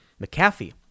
McAfee